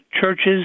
churches